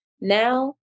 Now